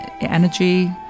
energy